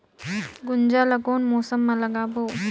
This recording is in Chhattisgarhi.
गुनजा ला कोन मौसम मा लगाबो?